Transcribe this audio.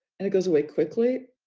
and it goes away quickly.